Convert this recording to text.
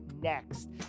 next